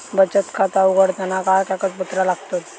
बचत खाता उघडताना काय कागदपत्रा लागतत?